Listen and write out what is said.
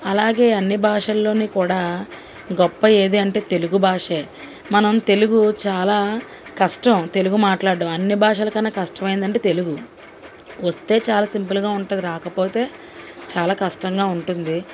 అలాగే అన్ని భాషల్లోను కూడా గొప్ప ఏది అంటే తెలుగు భాషే మనం తెలుగు చాలా కష్టం తెలుగు మాట్లాడడం అన్ని భాషల కన్నా కష్టమైనదంటే తెలుగు వస్తే చాలా సింపుల్గా ఉంటుంది రాకపోతే చాలా కష్టంగా ఉంటుంది